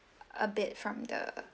a bit from the